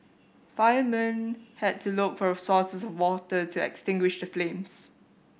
firemen had to look for sources of water to extinguish the flames